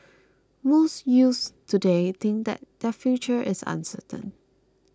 most youths today think that their future is uncertain